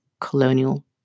colonial